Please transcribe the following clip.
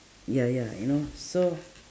ya ya you know so